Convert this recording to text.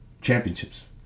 championships